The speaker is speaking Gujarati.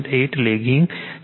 8 લેગિંગ છે